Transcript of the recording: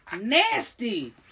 Nasty